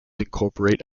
incorporate